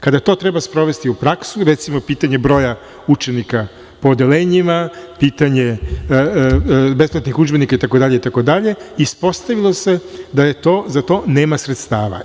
Kada to treba sprovesti u praksu, recimo pitanje broja učenika po odeljenjima, pitanje besplatnih udžbenika itd, ispostavilo se da za to nema sredstava.